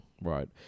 right